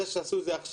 זה שעשו את זה עכשיו,